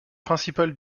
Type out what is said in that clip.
principal